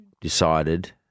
decided